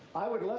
i would